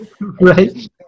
Right